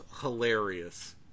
hilarious